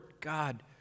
god